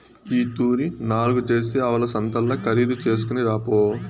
ఈ తూరి నాల్గు జెర్సీ ఆవుల సంతల్ల ఖరీదు చేస్కొని రాపో